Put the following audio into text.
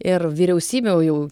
ir vyriausybių jau